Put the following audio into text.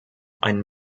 einen